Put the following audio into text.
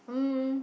um